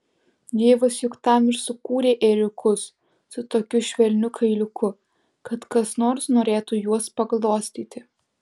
dievas juk tam ir sukūrė ėriukus su tokiu švelniu kailiuku kad kas nors norėtų juos paglostyti